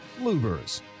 Lubers